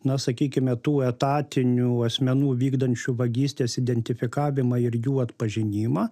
na sakykime tų etatinių asmenų vykdančių vagystes identifikavimą ir jų atpažinimą